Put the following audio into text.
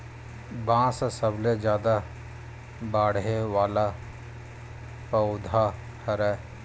बांस ह सबले जादा बाड़हे वाला पउधा हरय